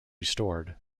restored